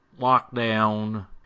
lockdown